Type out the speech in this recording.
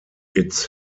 its